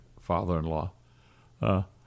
father-in-law